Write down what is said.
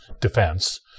defense